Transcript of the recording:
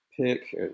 Pick